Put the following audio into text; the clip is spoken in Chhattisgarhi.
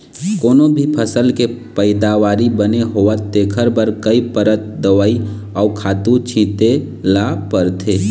कोनो भी फसल के पइदावारी बने होवय तेखर बर कइ परत दवई अउ खातू छिते ल परथे